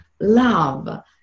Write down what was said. love